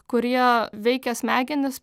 kurie veikia smegenis